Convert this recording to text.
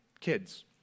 kids